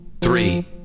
three